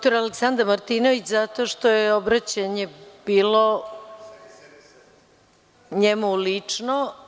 Reč ima dr Aleksandar Martinović zato što je obraćanje bilo njemu lično.